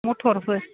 मथरफोर